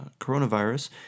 coronavirus